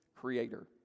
creator